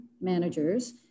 managers